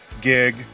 gig